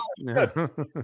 No